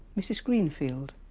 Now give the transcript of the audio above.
mrs greenfield.